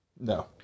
No